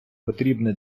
потрібне